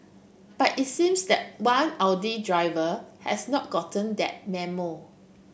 but it seems that one Audi driver has not gotten that memo